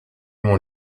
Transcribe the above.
mon